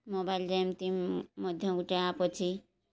ମୋବାଇଲ୍ରେ ଏମିତି ମଧ୍ୟ ଗୋଟେ ଆପ୍ ଅଛି